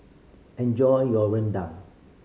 enjoy your rendang